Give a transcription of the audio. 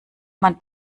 man